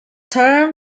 term